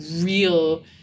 real